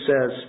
says